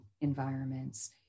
environments